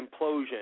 implosion